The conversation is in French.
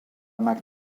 mac